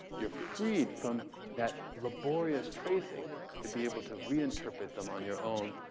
you're freed from that laborious tracing to be able to reinterpret them on your own.